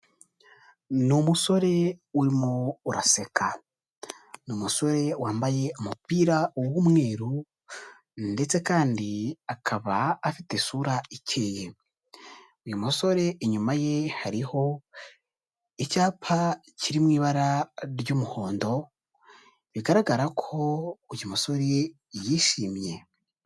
Ni umusore urimo uraseka, ni umusore wambaye umupira w'umweru ndetse kandi akaba afite isura icyeye, uyu musore inyuma ye hariho icyapa kiri mu ibara ry'umuhondo, bigaragara ko uyu musore yishimye.